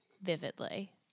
vividly